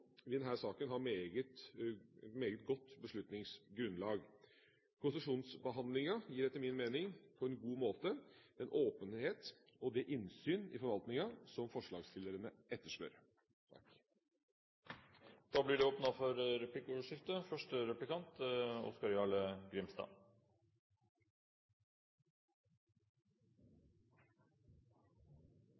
vi nå har bedt Statnett om, vil denne saken ha et meget godt beslutningsgrunnlag. Konsesjonsbehandlingen gir etter min mening på en god måte den åpenhet og det innsyn i forvaltningen som forslagsstillerne etterspør. Det blir åpnet for replikkordskifte.